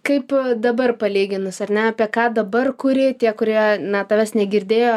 kaip dabar palyginus ar ne apie ką dabar kuri tie kurie na tavęs negirdėjo